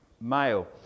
male